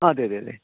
അതേ അതേ അതേ